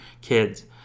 kids